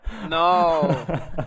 No